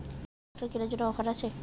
Tractor কেনার জন্য offer আছে?